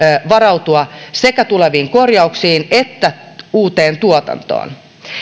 varautua sekä tuleviin korjauksiin että uuteen tuotantoon